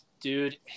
dude